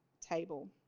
table